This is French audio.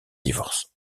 divorce